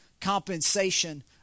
compensation